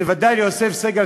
וודאי ליוסף סגל,